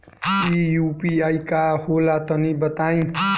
इ यू.पी.आई का होला तनि बताईं?